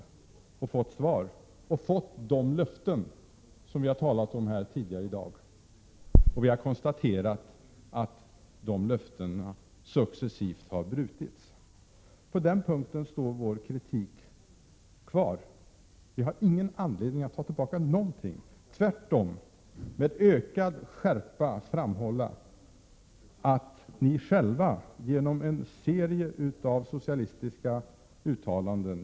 Då har vi fått svar och fått de löften som vi har talat om tidigare i dag. Och vi har konstaterat att de löftena successivt har brutits. På den punkten står vår kritik kvar. Vi har ingen anledning att ta tillbaka någonting utan tvärtom att med ökad skärpa framföra kritik. Ni har själva gjort en serie av socialistiska uttalanden.